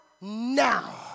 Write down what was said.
now